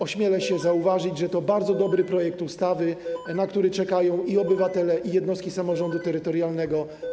Ośmielę się zauważyć, że to jest bardzo dobry projekt ustawy, na który czekają i obywatele, i jednostki samorządu terytorialnego.